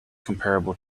comparable